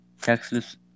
Texas